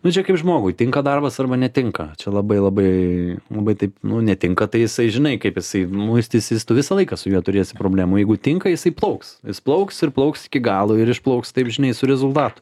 nu čia kaip žmogui tinka darbas arba netinka čia labai labai labai taip nu netinka tai jisai žinai kaip jisai muistysis tu visą laiką su juo turėsi problemų jeigu tinka jisai plauks jis plauks ir plauks iki galo ir išplauks taip žinai su rezultatu